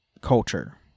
Culture